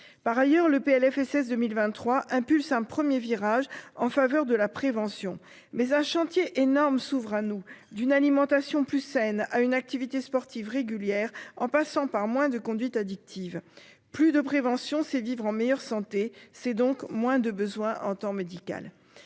Par ailleurs le PLFSS 2023, impulse un premier virage en faveur de la prévention mais un chantier énorme s'ouvre à nous d'une alimentation plus saine, à une activité sportive régulière en passant par moins de conduites addictives, plus de prévention c'est vivre en meilleure santé. C'est donc moins de besoins en temps médical.